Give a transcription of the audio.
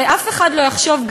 הרי אף אחד לא יחשוב,